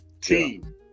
team